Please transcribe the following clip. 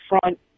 front